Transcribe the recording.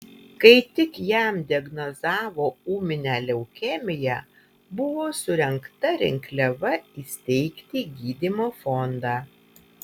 kai tik jam diagnozavo ūminę leukemiją buvo surengta rinkliava įsteigti gydymo fondą